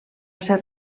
ser